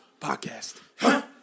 podcast